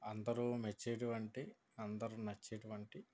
అందరు మెచ్చే అటువంటి అందరు నచ్చే అటువంటి